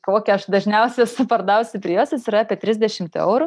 kokią aš dažniausiai esu pardavusi prijuostės yra trisdešimt eurų